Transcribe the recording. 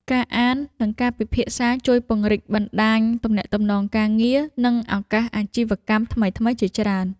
ការអាន និងការពិភាក្សាជួយពង្រីកបណ្ដាញទំនាក់ទំនងការងារ និងឱកាសអាជីវកម្មថ្មីៗជាច្រើន។